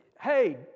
hey